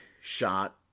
shot